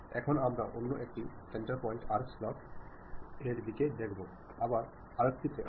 മിക്കപ്പോഴും നിങ്ങൾ ഒരു സന്ദേശം അയയ്ക്കുമ്പോൾ അത് ശരിയായ രീതിയിൽ ലഭിച്ചിരിക്കാമെന്ന ധാരണയിലായിരിക്കും